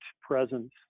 presence